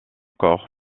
corps